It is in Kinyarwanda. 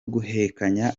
guhekenya